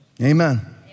Amen